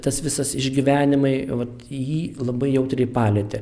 tas visas išgyvenimai vat jį labai jautriai palietė